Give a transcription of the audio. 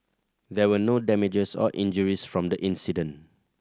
there were no damages or injuries from the incident